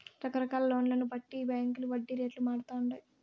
రకరకాల లోన్లను బట్టి ఈ బాంకీల వడ్డీ రేట్లు మారతండాయి